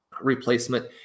replacement